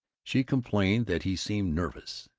she complained that he seemed nervous,